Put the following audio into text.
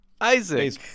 Isaac